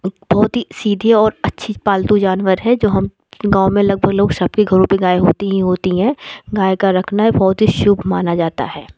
बहुत ही सीधी और अच्छा पालतू जानवर है हम गाँव में लगभग लोग सब के घरों पर गाय होती ही होती हैं गाय का रखना बहुत ही शुभ माना जाता है